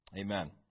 Amen